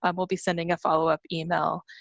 um we'll be sending a follow-up email.